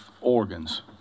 organs